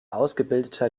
ausgebildeter